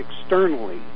externally